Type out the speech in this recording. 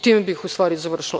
Time bih, u stvari, završila.